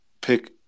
pick